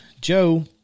Joe